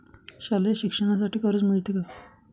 शालेय शिक्षणासाठी कर्ज मिळते का?